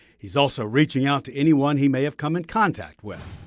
he's also reaching out to anyone he may have come in contact with.